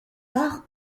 part